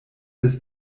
des